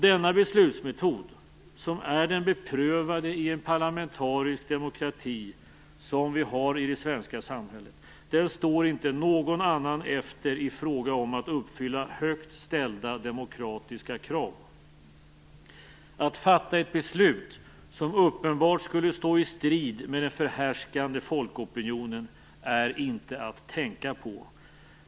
Denna beslutsmetod, som är den beprövade i en parlamentarisk demokrati som det svenska samhället, står inte någon annan efter i fråga om att uppfylla högt ställda demokratiska krav. Att fatta ett beslut som uppenbart skulle stå i strid med den förhärskande folkopinionen är inte att tänka på.